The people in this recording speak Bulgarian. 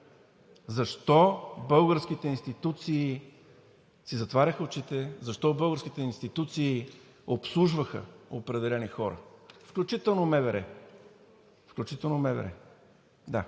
защо българските институции си затваряха очите, защо българските институции обслужваха определени хора, включително МВР. Включително МВР, да!